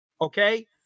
okay